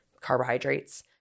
carbohydrates